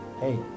Hey